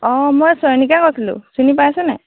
অ' মই চয়নিকাই কৈছিলো চিনি পাইছে নাই